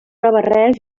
navarrès